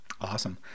Awesome